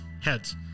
Heads